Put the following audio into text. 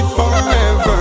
forever